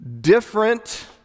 different